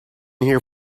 here